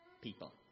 people